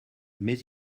mais